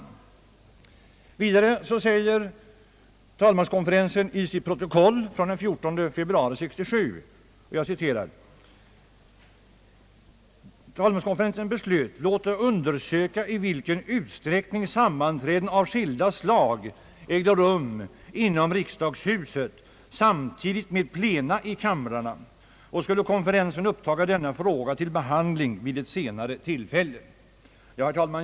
Vidare beslöt talmanskonferensen enligt sitt protokoll från den 14 februari 1967 att »låta undersöka i vilken utsträckning sammanträden av skilda slag ägde rum inom riksdagshuset samtidigt med plena i kamrarna, och skulle konferensen upptaga denna fråga till behandling vid ett senare tillfälle». Herr talman!